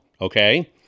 okay